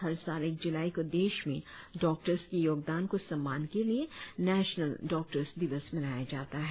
हर साल एक जुलाई को देश में डॉक्टर्स के योगदान को सम्मान के लिए नेशनल डॉक्टर्स दिवस मनाया जाता है